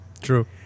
True